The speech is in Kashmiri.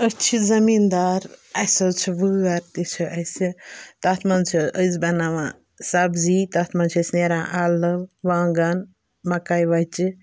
أسۍ چھِ زٔمیٖندار اسہِ حظ چھِ وٲر تہِ چھِ اسہِ تَتھ منٛز چھِ أسۍ بَناوان سَبزی تَتھ منٛز چھِ اسہِ نیران اَلہٕ وانٛگَن مَکایہِ وچہِ